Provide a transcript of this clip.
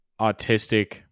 autistic